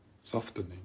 softening